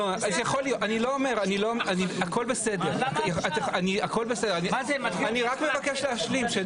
נעה אני לא אומר, הכל בסדר, אני רק מבקש להשלים.